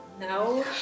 No